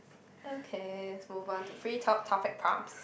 okay move on to free talk topic prompts